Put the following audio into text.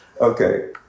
Okay